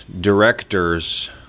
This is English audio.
directors